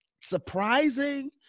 surprising